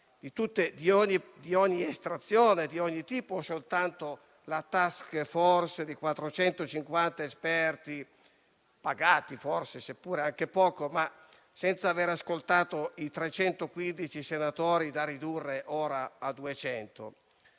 di ogni estrazione e tipo o soltanto la *task force* di 450 esperti - pagati forse anche poco - senza avere ascoltato i 315 senatori (da ridurre ora a 200)?